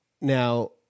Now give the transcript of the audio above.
Now